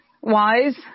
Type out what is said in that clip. wise